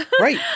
Right